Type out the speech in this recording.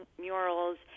murals